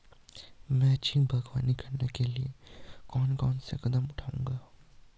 मैं अच्छी बागवानी करने के लिए कौन कौन से कदम बढ़ाऊंगा?